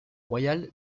royal